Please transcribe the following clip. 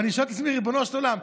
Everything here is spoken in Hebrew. ואני שואל את עצמי: ריבונו של עולם,